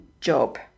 job